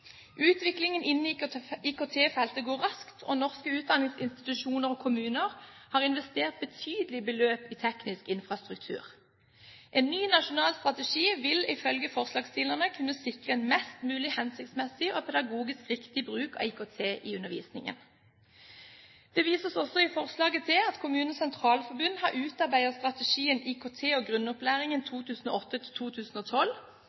Utviklingen innen IKT-feltet går raskt, og norske utdanningsinstitusjoner og kommuner har investert betydelige beløp i teknisk infrastruktur. En ny nasjonal strategi vil ifølge forslagsstillerne kunne sikre en mest mulig hensiktsmessig og pedagogisk riktig bruk av IKT i undervisningen. Det vises også i forslaget til at Kommunenes Sentralforbund har utarbeidet strategien IKT og grunnopplæringen